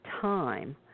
time